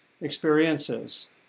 experiences